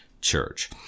church